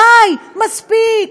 די, מספיק.